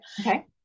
Okay